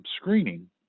screening